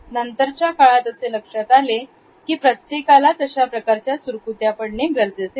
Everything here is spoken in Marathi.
नंतरच्या काळात असे लक्षात आले की प्रत्येकालाच अशाप्रकारच्या सुरकुत्या पडणे गरजेचे नाही